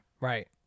Right